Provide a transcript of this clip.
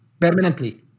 permanently